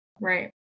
Right